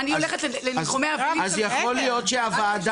אני הולכת לניחומי אבלים --- אז יכול להיות שהוועדה